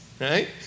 right